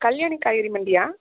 கல்யாணி காய்கறி மண்டியா